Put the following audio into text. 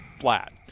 flat